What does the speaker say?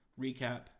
recap